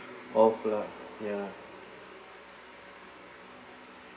of lah ya